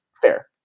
Fair